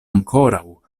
ankoraŭ